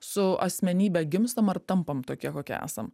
su asmenybe gimstam ar tampam tokie kokie esam